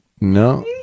No